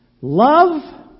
Love